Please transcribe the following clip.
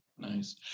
Nice